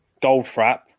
Goldfrap